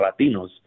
Latinos